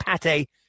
pate